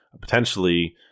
potentially